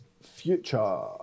Future